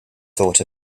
thought